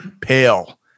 pale